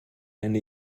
eine